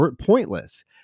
pointless